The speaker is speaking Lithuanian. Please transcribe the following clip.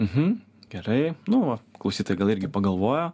uhu gerai nu va klausytojai gal irgi pagalvojo